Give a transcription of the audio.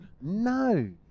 no